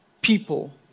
people